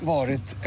Varit